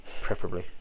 preferably